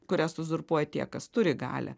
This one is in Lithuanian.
kurias uzurpuoja tie kas turi galią